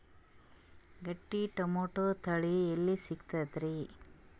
ಗಟ್ಟಿ ಟೊಮೇಟೊ ತಳಿ ಎಲ್ಲಿ ಸಿಗ್ತರಿ?